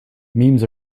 memes